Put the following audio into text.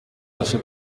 hashya